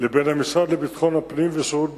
לבין המשרד לביטחון הפנים ושירות בתי-הסוהר,